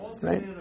Right